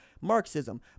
Marxism